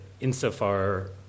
insofar